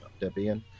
Debian